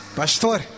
pastor